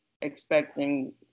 expecting